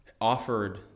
offered